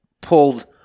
pulled